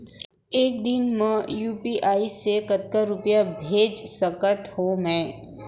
एक दिन म यू.पी.आई से कतना रुपिया भेज सकत हो मैं?